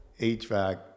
HVAC